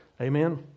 Amen